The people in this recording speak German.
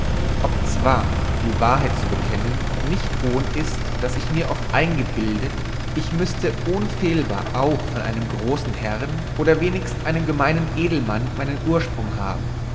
obzwar die wahrheit zu bekennen nicht ohn ist daß ich mir oft eingebildet ich müßte ohnfehlbar anch von einem großen herrn oder wenigst einem gemeinen edelmann meinen ursprung haben